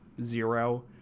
zero